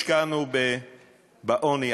השקענו בעוני,